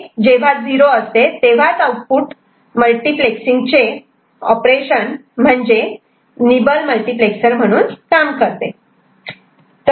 हे जेव्हा 0 असते तेव्हाच आउटपुट मल्टिप्लेक्ससिंग ऑपरेशन म्हणजे निबल मल्टिप्लेक्सर म्हणून काम करते